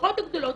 המסגרות הגדולות,